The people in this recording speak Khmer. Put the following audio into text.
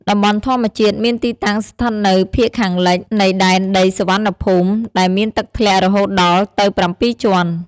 តំបន់ធម្មជាតិមានទីតាំងស្ថិតនៅភាគខាងលិច នៃដែនដីសុវណ្ណភូមិ ដែលមានទឹកធ្លាក់រហូតដល់ទៅ៧ជាន់។